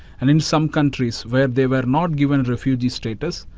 and in some countries where they were not given refugee status,